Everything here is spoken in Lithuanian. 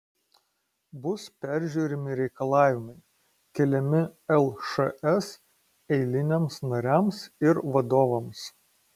bus peržiūrimi reikalavimai keliami lšs eiliniams nariams ir vadovams